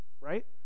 right